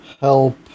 help